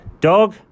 Dog